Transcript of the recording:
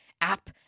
app